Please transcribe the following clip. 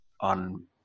on